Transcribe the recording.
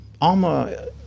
alma